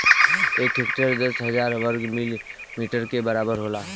एक हेक्टेयर दस हजार वर्ग मीटर के बराबर होला